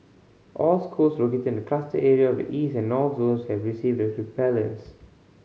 all schools located in the cluster area and the East and North zones have received the repellents